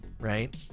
right